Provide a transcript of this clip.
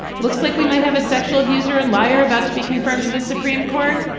looks like we might have a sexual abuser and liar about to be confirmed to the supreme court.